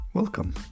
Welcome